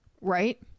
Right